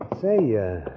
Say